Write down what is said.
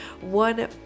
One